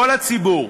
כל הציבור,